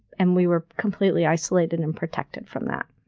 and we were completely isolated and and protected from that.